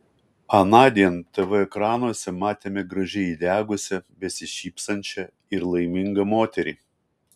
anądien tv ekranuose matėme gražiai įdegusią besišypsančią ir laimingą moterį